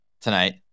tonight